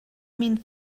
mean